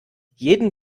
jeden